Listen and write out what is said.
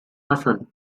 hassan